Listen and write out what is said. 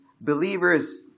believers